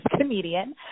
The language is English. comedian